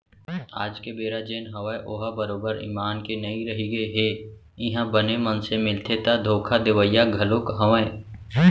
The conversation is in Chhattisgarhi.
आज के बेरा जेन हवय ओहा बरोबर ईमान के नइ रहिगे हे इहाँ बने मनसे मिलथे ता धोखा देवइया घलोक हवय